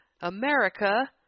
America